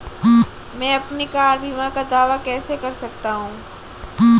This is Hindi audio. मैं अपनी कार बीमा का दावा कैसे कर सकता हूं?